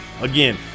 Again